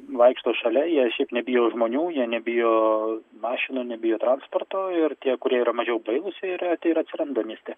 vaikšto šalia jie šiaip nebijo žmonių jie nebijo mašinų nebijo transporto ir tie kurie yra mažiau bailūs jie ir ir atsiranda mieste